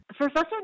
Professor